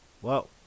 Whoa